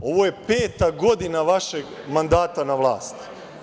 Ovo je peta godina vašeg mandata na vlasti.